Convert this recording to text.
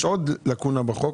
יש עוד לקונה בחוק,